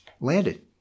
landed